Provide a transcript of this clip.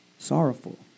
Sorrowful